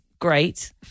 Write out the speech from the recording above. Great